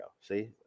See